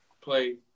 play